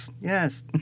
yes